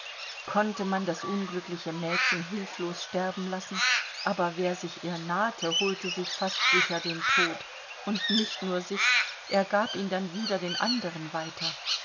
konnte man das unglückliche mädchen hilflos sterben lassen aber wer sich ihr nahte holte sich fast sicher den tod und nicht nur sich er gab ihn dann wieder den anderen weiter